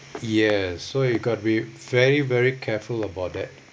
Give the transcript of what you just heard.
yes so you got with very very careful about that